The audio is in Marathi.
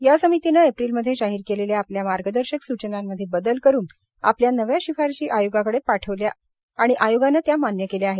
या समितीनं एप्रिलमध्ये जाहीर केलेल्या आपल्या मार्गदर्शक सुचनांमध्ये बदल करून आपल्या नव्या शिफारसी आयोगाकडे पाठवल्या आणि आयोगानं त्या मान्य केल्या आहेत